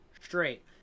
straight